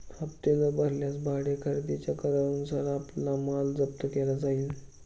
हप्ते न भरल्यास भाडे खरेदीच्या करारानुसार आपला माल जप्त केला जाईल